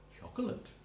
chocolate